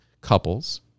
couples